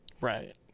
Right